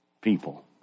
people